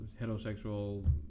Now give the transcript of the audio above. heterosexual